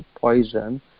poison